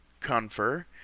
Confer